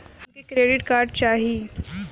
हमके credit card चाही